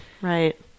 right